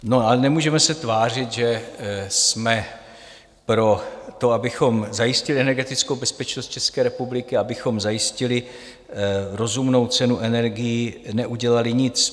No ale nemůžeme se tvářit, že jsme pro to, abychom zajistili energetickou bezpečnost České republiky, abychom zajistili rozumnou cenu energií, neudělali nic.